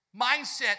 mindset